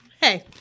Hey